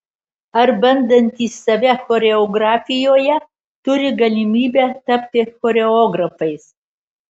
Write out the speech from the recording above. ar bandantys save choreografijoje turi galimybę tapti choreografais